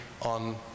on